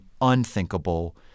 unthinkable